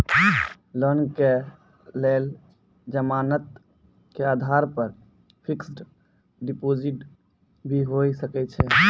Loan के लेल जमानत के आधार पर फिक्स्ड डिपोजिट भी होय सके छै?